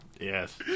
Yes